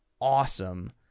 awesome